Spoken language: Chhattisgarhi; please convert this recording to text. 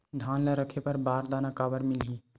धान ल रखे बर बारदाना काबर मिलही?